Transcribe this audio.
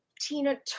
Tina